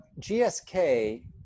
GSK